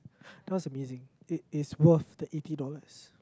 that was amazing it is worth the eighty dollars